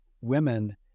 women